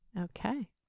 Okay